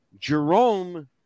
Jerome